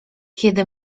kiedy